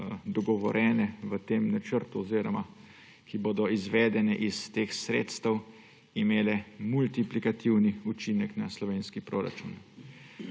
dogovorjene v tem načrtu oziroma ki bodo izvedene iz teh sredstev, imele multiplikativni učinek na slovenski proračun.